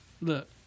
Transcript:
look